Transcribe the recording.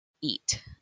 eat